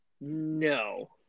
No